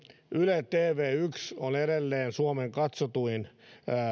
yle tv yksi on edelleen suomen katsotuin